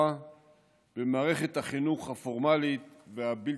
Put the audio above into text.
במערכת החינוך הפורמלית והבלתי-פורמלית.